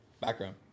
Background